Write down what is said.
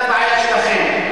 זה הבעיה שלכם,